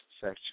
section